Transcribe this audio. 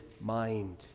mind